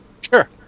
Sure